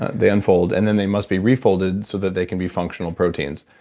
they unfold and then they must be refolded so that they can be functional proteins.